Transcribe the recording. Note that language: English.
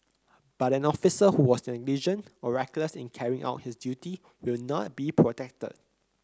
but an officer who was negligent or reckless in carrying out his duty will not be protected